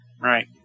Right